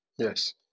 Yes